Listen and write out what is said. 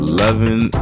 loving